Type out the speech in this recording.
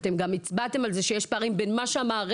אתם גם הצבעתם על זה שיש פערים בין מה שהמערכת